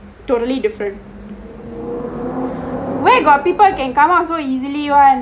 totally different where got people can come out so easily [one]